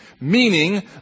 meaning